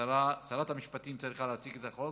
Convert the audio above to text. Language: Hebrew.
שרת המשפטים צריכה להציג את החוק.